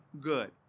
good